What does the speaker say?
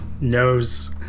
knows